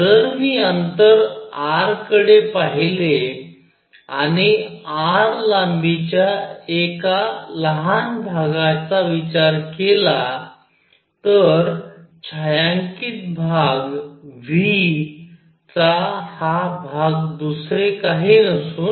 जर मी अंतर r कडे पहिले आणि r लांबीच्या एका लहान भागाचा विचार केला तर छायांकित भाग V चा हा भाग दुसरे काही नसून